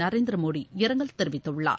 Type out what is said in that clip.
Narendra Modi இரங்கல்தெரிவித்துள்ளார்